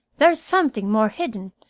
there's something more hidden,